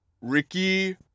Ricky